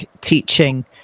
teaching